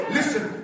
Listen